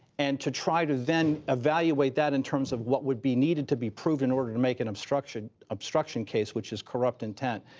and to try to then evaluate that in terms of what would be needed to be proved in order to make an obstruction obstruction case, which is corrupt intent,